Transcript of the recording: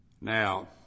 Now